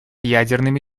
ядерными